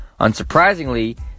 Unsurprisingly